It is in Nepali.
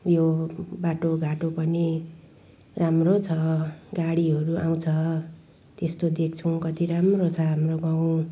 यो बाटोघाटो पनि राम्रो छ गाडीहरू आउँछ त्यस्तो देख्छौँ कति राम्रो छ हाम्रो गाउँ